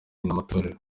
n’amatorero